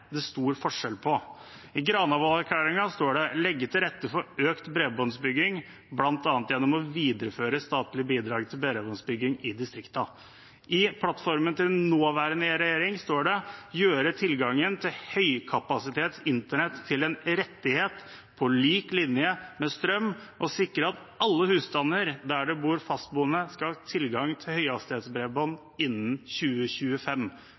det stor forskjell på. I Granavolden-plattformen står det: «Legge til rette for økt bredbåndsutbygging, blant annet gjennom å videreføre statlige bidrag til bredbåndsbygging i distriktene.» I plattformen til nåværende regjering står det: «Gjøre tilgangen til høykapasitets internett til en rettighet på lik linje med strøm, og sikre at alle husstander der det bor fastboende skal ha tilgang til høyhastighets bredbånd innen 2025.»